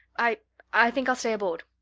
i i think i'll stay aboard.